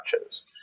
touches